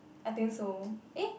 I think so eh